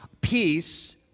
peace